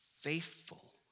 faithful